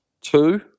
Two